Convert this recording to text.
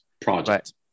project